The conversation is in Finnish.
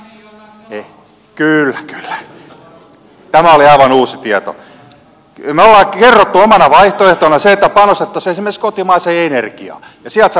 me olemme kertoneet omana vaihtoehtonamme sen että panostettaisiin esimerkiksi kotimaiseen energiaan ja sieltä saataisiin työpaikkoja